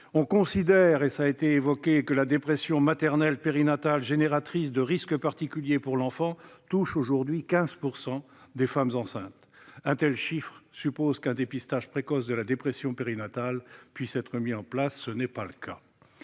On considère que la dépression maternelle périnatale, génératrice de risques particuliers pour l'enfant, touche aujourd'hui 15 % des femmes enceintes. Un tel chiffre suppose qu'un dépistage précoce de la dépression périnatale puisse être mis en place. Ce n'est pas le cas.